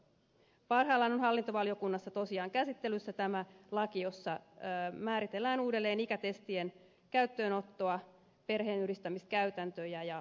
parhaillaan on hallintovaliokunnassa tosiaan käsittelyssä tämä laki jossa määritellään uudelleen ikätestien käyttöönottoa perheenyhdistämiskäytäntöjä ja niin edelleen